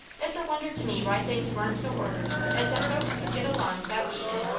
it is a wonder to me why things warn't so ordered as that folks could get along thout eatin.